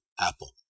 apple